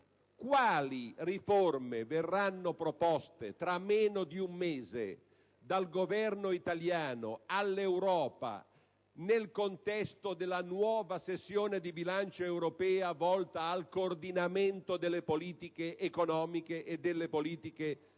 Quali riforme verranno proposte tra meno di un mese dal Governo italiano all'Europa, nel contesto della nuova sessione di bilancio europea volta al coordinamento delle politiche economiche e fiscali, che è la